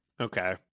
Okay